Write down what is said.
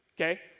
okay